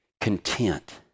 content